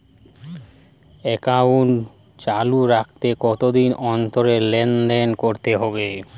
Account চালু রাখতে কতদিন অন্তর লেনদেন করতে হবে?